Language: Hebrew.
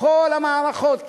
בכל המערכות,